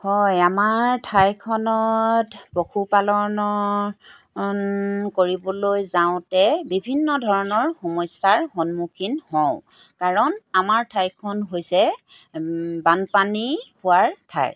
হয় আমাৰ ঠাইখনত পশুপালন কৰিবলৈ যাওঁতে বিভিন্ন ধৰণৰ সমস্যাৰ সন্মুখীন হওঁ কাৰণ আমাৰ ঠাইখন হৈছে বানপানী হোৱাৰ ঠাই